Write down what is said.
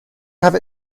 have